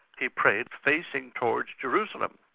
he prayed facing towards jerusalem,